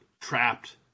trapped